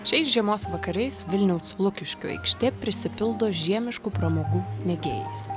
šiais žiemos vakarais vilniaus lukiškių aikštė prisipildo žiemiškų pramogų mėgėjais